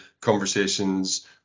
conversations